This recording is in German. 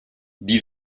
die